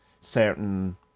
certain